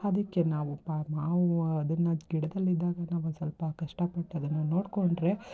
ಅದಕ್ಕೆ ನಾವು ಪ ನಾವು ಅದನ್ನು ಗಿಡದಲ್ಲಿದ್ದಾಗ ನಾವೊಂದು ಸ್ವಲ್ಪ ಕಷ್ಟ ಪಟ್ಟೆಲ್ಲ ನಾವು ನೋಡಿಕೊಂಡ್ರೆ